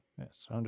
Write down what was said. Yes